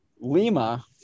lima